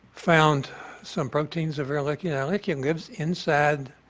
found some proteins of ehrlichia, ehrlichia gets inside